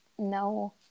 no